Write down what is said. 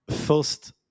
first